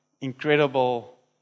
incredible